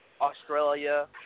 Australia